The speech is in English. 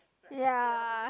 ya